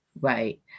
Right